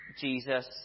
Jesus